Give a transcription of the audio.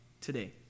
today